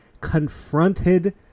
confronted